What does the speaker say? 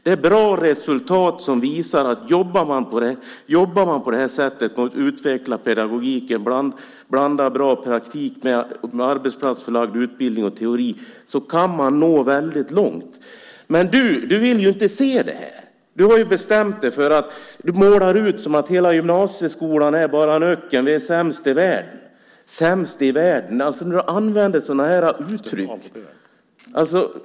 Det är bra resultat som visar att om man jobbar på det här sättet och utvecklar pedagogiken, blandar bra praktik med arbetsplatsförlagd utbildning och teori, kan man nå väldigt långt. Men du vill ju inte se det här. Du har ju bestämt dig. Du målar ut det som om hela gymnasieskolan bara är en öken, att vi är sämst i världen. Sämst i världen - att du kan använda sådana uttryck!